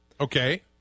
Okay